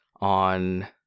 on